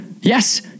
Yes